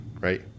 right